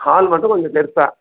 hall மட்டும் கொஞ்சம் பெருசாக